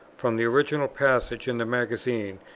from the original passage in the magazine,